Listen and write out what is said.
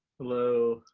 hello.